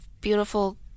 beautiful